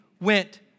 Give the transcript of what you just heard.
went